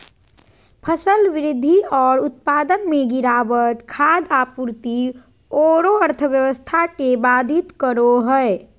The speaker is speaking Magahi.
फसल वृद्धि और उत्पादन में गिरावट खाद्य आपूर्ति औरो अर्थव्यवस्था के बाधित करो हइ